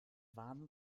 warmen